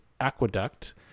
aqueduct